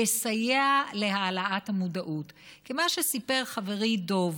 יסייע להעלאת המודעות, כי מה שסיפר חברי דב,